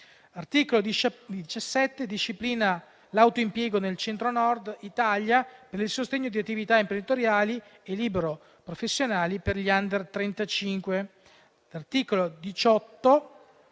L'articolo 17 disciplina l'autoimpiego nel Centro-Nord Italia per il sostegno di attività imprenditoriali e libero-professionali per gli *under* 35. L'articolo 18